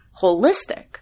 holistic